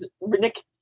Nick